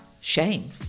Shame